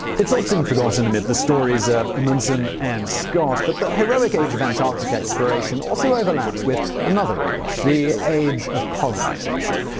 it's often forgotten amid the stories of amundsen and scott, but the heroic age of antarctic exploration also overlapped with another age the age of colonization.